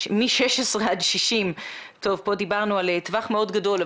מגיל 16 עד 60. כאן דיברנו על טווח מאוד גדול,